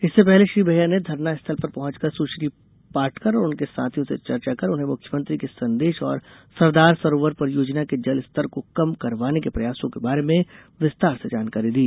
इससे पहले श्री बैहार ने धरना स्थल पर पहँचकर सुश्री पाटकर और उनके साथियों से चर्चा कर उन्हें मुख्यमंत्री के संदेश और सरदार सरोवर परियोजना के जल स्तर को कम करवाने के प्रयासों के बारे में विस्तार से जानकारी दी